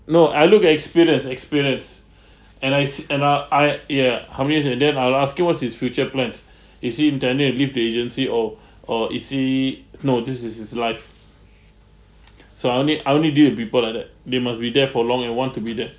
no I look at experience experience and I seek and uh I ya how many years and that I'll ask him what's his future plans is he intending to leave the agency oh or is he no this is his life so I only I only deal with people like that they must be there for long and want to be there